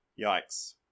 Yikes